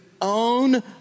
own